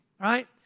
right